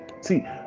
See